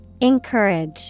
Encourage